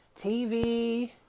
TV